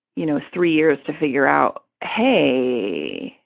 you know, three years to figure out, hey,